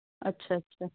ਅੱਛਾ ਅੱਛਾ